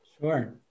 Sure